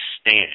stand